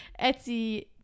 etsy